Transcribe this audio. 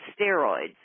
steroids